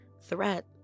threat